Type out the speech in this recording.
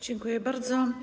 Dziękuję bardzo.